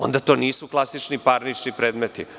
Onda to nisu klasični parnični predmeti.